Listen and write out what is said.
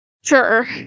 Sure